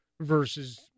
versus